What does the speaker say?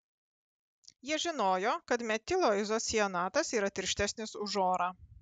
jie žinojo kad metilo izocianatas yra tirštesnis už orą